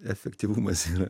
efektyvumas yra